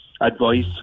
advice